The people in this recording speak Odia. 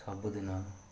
ସବୁ ଦିନ